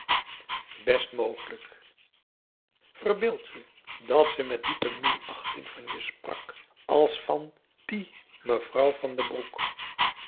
best mogelijk verbeeld je dat ze met diepe minachting van je sprak als van die mevrouw van den broek